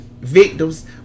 victims